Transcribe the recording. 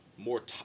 more